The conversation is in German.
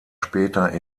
später